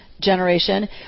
generation